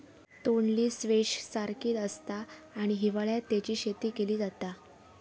तोंडली स्क्वैश सारखीच आसता आणि हिवाळ्यात तेची शेती केली जाता